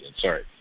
Sorry